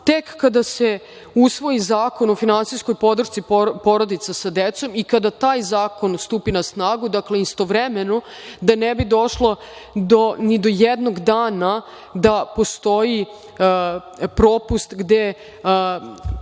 tek kada se usvoji zakon o finansijskoj podršci porodica sa decom i kada taj zakon stupi na snagu, dakle, istovremeno, da ne bi došlo ni do jednog dana da postoji propust gde